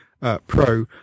pro